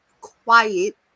quiet